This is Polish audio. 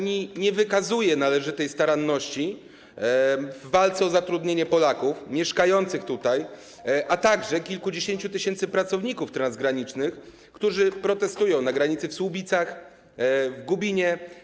Nie wykazuje należytej staranności w walce o zatrudnienie Polaków mieszkających tutaj, a także kilkudziesięciu tysięcy pracowników transgranicznych, którzy protestują na granicy w Słubicach, w Gubinie.